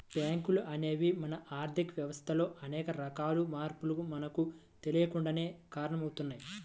బ్యేంకులు అనేవి మన ఆర్ధిక వ్యవస్థలో అనేక రకాల మార్పులకు మనకు తెలియకుండానే కారణమవుతయ్